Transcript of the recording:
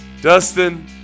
Dustin